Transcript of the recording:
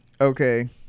Okay